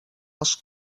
els